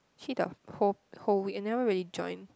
actually the whole whole week I never really join